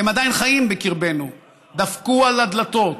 הם עדיין חיים בקרבנו, דפקו על הדלתות,